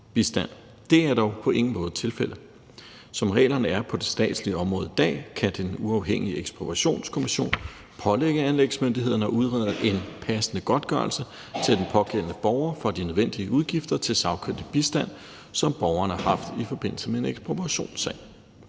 Det er dog på ingen måde tilfældet. Som reglerne er på det statslige område i dag, kan den uafhængige ekspropriationskommission pålægge anlægsmyndighederne at udrede en passende godtgørelse til den pågældende borger for de nødvendige udgifter til sagkyndig bistand, som borgeren har haft i forbindelse med en ekspropriationssag.